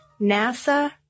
NASA